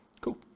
Cool